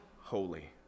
holy